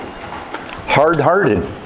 Hard-hearted